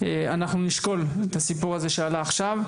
אנחנו נשקול את הסיפור הזה שעלה עכשיו.